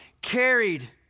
carried